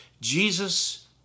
Jesus